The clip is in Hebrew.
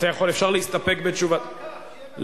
אפשר להסתפק בתשובתך?